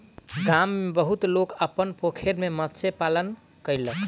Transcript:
गाम में बहुत लोक अपन पोखैर में मत्स्य पालन कयलक